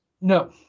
No